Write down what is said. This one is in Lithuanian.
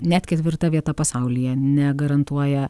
net ketvirta vieta pasaulyje negarantuoja